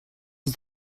ist